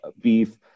beef